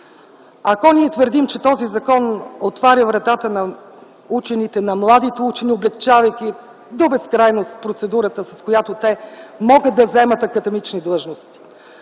Ако ние твърдим, че този закон отваря вратата на учените, на младите учени, облекчавайки до безкрайност процедурата, с която те могат да вземат академични длъжности,